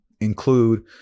include